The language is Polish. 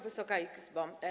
Wysoka Izbo!